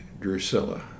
Drusilla